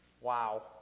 Wow